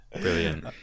brilliant